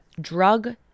drug